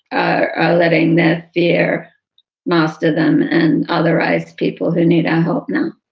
ah letting that fear most of them and otherwise, people who need our help now